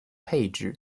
配置